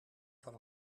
van